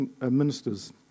ministers